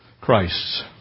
Christ's